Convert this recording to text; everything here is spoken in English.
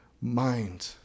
mind